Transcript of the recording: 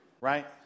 right